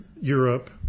Europe